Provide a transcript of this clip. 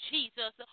Jesus